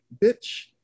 bitch